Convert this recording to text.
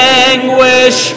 anguish